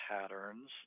patterns